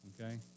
Okay